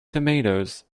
tomatoes